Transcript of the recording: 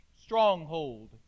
stronghold